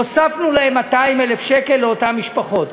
הוספנו 200,000 שקלים לאותן משפחות,